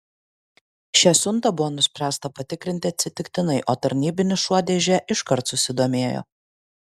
šią siuntą buvo nuspręsta patikrinti atsitiktinai o tarnybinis šuo dėže iškart susidomėjo